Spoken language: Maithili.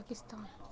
पाकिस्तान